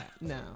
No